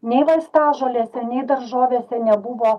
nei vaistažolėse nei daržovėse nebuvo